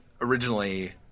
originally